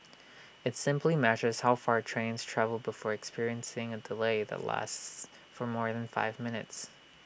IT simply measures how far trains travel before experiencing A delay that lasts for more than five minutes